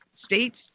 states